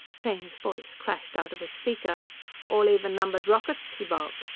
taine's voice crashed out of a speaker all even-number rockets, he barked.